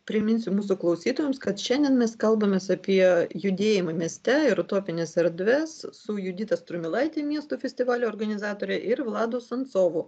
priminsiu mūsų klausytojams kad šiandien mes kalbamės apie judėjimą mieste ir utopines erdves su judita strumilaite miesto festivalio organizatore ir vladu suncovu